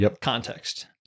context